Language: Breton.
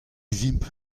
vimp